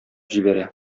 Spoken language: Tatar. җибәрә